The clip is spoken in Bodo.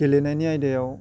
गेलेनायनि आयदायाव